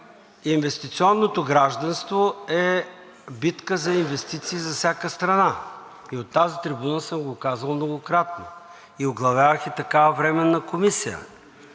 инвестиционното гражданство е битка за инвестиции за всяка страна и от тази трибуна съм го казвал многократно. Оглавявах и такава временна комисия